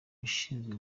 ushinzwe